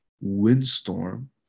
windstorm